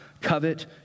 covet